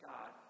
God